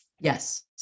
Yes